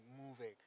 moving